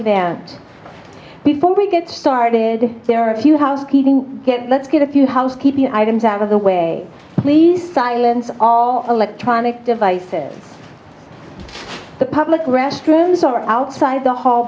event before we get started there are a few housekeeping let's get a few housekeeping items out of the way these silence all electronic devices the public restrooms are outside